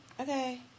Okay